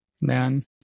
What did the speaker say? man